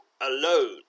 alone